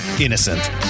innocent